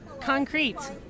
concrete